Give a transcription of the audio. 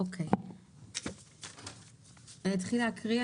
אני אתחיל להקריא,